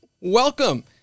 welcome